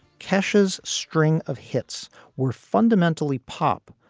kesha's string of hits were fundamentally pop,